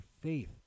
faith